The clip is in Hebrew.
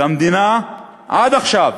והמדינה עד עכשיו